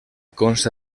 consta